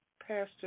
Pastor